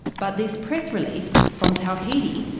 but this press release from tawhidi,